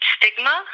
stigma